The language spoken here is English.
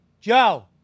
Joe